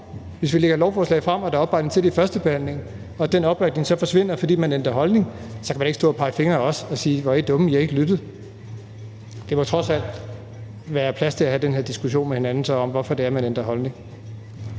Hvis vi fremsætter et forslag og der er opbakning til det ved førstebehandlingen og den opbakning så forsvinder, fordi man ændrer holdning, kan man da ikke stå og pege fingre ad os og sige: Hvor er I dumme, I har ikke lyttet. Der må trods alt være plads til at have den her diskussion med hinanden om, hvorfor det så er, man ændrer holdning.